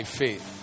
faith